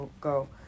go